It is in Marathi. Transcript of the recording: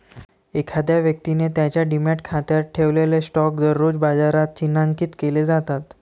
एखाद्या व्यक्तीने त्याच्या डिमॅट खात्यात ठेवलेले स्टॉक दररोज बाजारात चिन्हांकित केले जातात